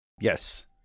Yes